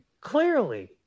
clearly